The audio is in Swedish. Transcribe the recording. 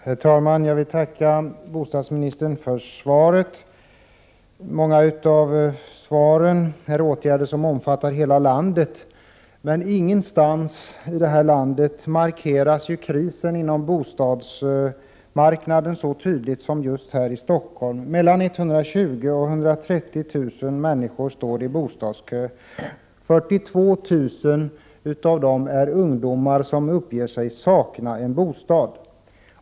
Herr talman! Jag vill tacka bostadsministern för svaret. Många av de åtgärder som redovisas i svaret är åtgärder som omfattar hela landet, men ingenstans i detta land markeras krisen inom bostadsmarknaden så tydligt som just här i Stockholm. Mellan 120 00 och 130 000 människor står i bostadskö, och 42 000 av dem är ungdomar som uppger sig sakna bostad.